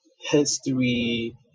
history